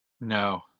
No